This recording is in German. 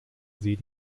sie